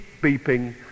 beeping